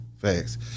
Facts